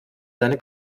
seine